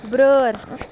بیٲر